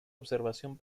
observación